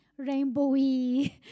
rainbowy